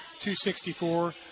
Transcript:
264